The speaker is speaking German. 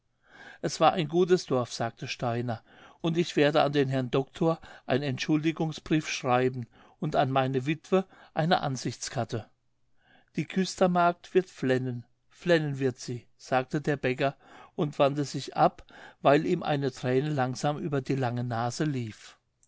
es war ein gutes dorf sagte steiner und ich werde an den herrn doktor ein'n entschuldigungsbrief schreiben und an meine witwe eine ansichtskarte die küstermagd wird flennen flennen wird sie sagte der bäcker und wandte sich ab weil ihm eine träne langsam über die lange nase lief